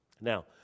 Now